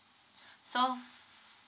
so